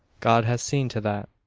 god has seen to that.